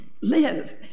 live